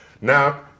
Now